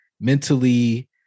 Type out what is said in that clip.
mentally